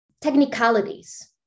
technicalities